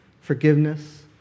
forgiveness